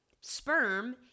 Sperm